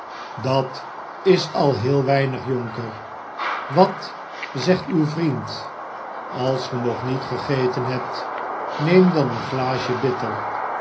dat is al heel weinig jonker wat zegt uw vriend als ge nog niet gegeten hebt neem dan een glaasje bitter